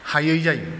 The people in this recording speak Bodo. हायै जायो